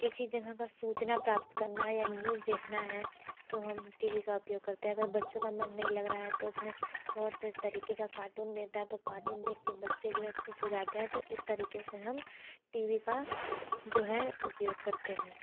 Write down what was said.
किसी जगह का सूचना प्राप्त करना या न्यूज़ देखना है तो हम टी वी का उपयोग करते हैं अगर बच्चों का मन नहीं लग रहा है तो उसमें बहुत तरीके का कार्टून देता तो कार्टून देख के बच्चे जो है खुश हो जाते हैं तो इस तरीके से हम टी वी का जो है उपयोग करते हैं